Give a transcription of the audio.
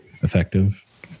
effective